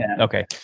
Okay